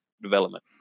development